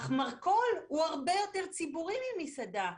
אך מרכול הוא הרבה יותר ציבורי ממסעדה.